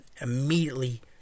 immediately